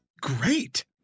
great